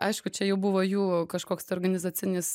aišku čia jau buvo jų kažkoks organizacinis